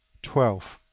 twelve.